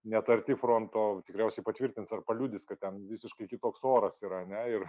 net arti fronto tikriausiai patvirtins ar paliudys kad ten visiškai kitoks oras yra ar ne ir